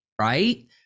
Right